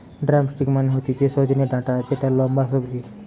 drumstick মানে হতিছে সজনে ডাটা যেটা লম্বা সবজি